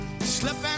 Slipping